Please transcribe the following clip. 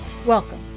Welcome